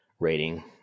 Rating